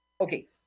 Okay